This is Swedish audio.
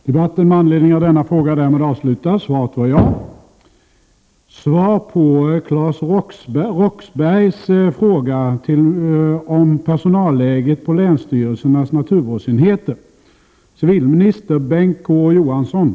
Miljötillsynen fungerar inte. Personalläget på länsstyrelsernas naturvårdsenheter är prekärt med många vakanser och hög personalomsättning. Detta medför att tillsynsverksamheten inte kan skötas som den borde.